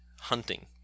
hunting